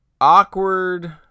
awkward